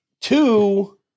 Two